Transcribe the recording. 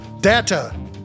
data